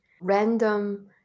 random